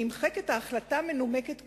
נמחקת החלטה מנומקת קודמת,